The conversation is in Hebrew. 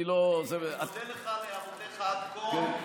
אני מודה לך על הערותיך עד כה,